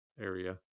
area